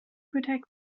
protect